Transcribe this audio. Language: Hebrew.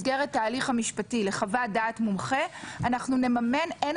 בדברים של השופטת דפנה ברק ארז,